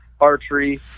archery